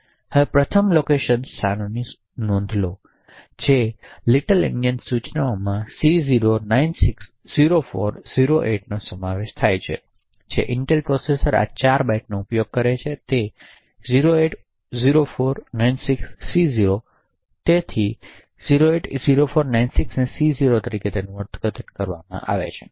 હવે પ્રથમ locations સ્થાનોની નોંધ લો જે લિટલ એંડીએન સૂચનોમાં C0 96 04 08 નો સમાવેશ થાય છે જે ઇન્ટેલ પ્રોસેસર આ 4 બાઇટ્સનો ઉપયોગ કરે છે તે 08 04 96 C0 તેથી 08 04 96 અને C0 તરીકે અર્થઘટન કરવામાં આવશે